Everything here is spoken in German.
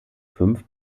fünf